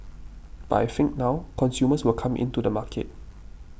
but I think now consumers will come in to the market